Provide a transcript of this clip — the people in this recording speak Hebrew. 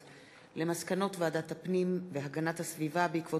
על מסקנות ועדת הפנים והגנת הסביבה בעקבות